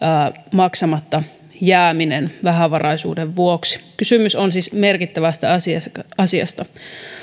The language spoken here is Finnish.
maksamatta jääminen vähävaraisuuden vuoksi kysymys on siis merkittävästä asiasta asiasta